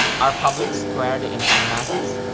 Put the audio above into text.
our public square, the internet,